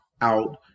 out